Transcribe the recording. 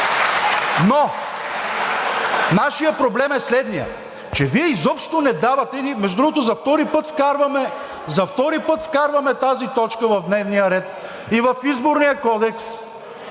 Но нашият проблем е следният – че Вие изобщо не давате, между другото, за втори път вкарваме тази точка в дневния ред – за промените в Изборния кодекс,